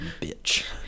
bitch